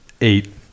Eight